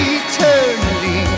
eternally